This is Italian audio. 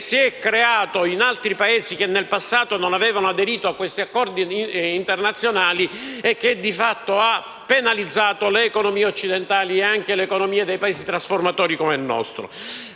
si è creato in altri Paesi che nel passato non avevano aderito a questi accordi internazionali e che di fatto ha penalizzato le economie dei Paesi occidentali e anche le economie dei Paesi trasformatori come il nostro.